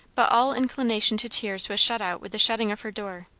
but all inclination to tears was shut out with the shutting of her door.